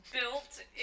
built